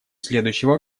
следующего